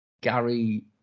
Gary